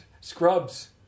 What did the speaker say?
scrubs